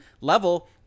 level